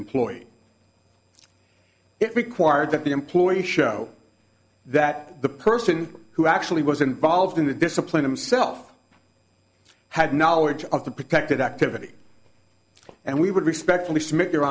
employee it required that the employee show that the person who actually was involved in the discipline himself had knowledge of the protected activity and we would respectfully submit your